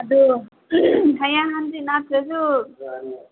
ꯑꯗꯨ ꯍꯌꯦꯡ ꯍꯥꯡꯆꯤꯠ ꯅꯠꯇ꯭ꯔꯁꯨ